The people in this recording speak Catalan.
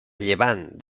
llevant